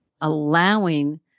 allowing